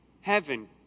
heaven